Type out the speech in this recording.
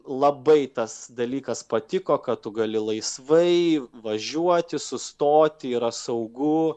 labai tas dalykas patiko kad tu gali laisvai važiuoti sustoti yra saugu